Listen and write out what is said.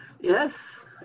Yes